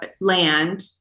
land